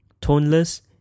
toneless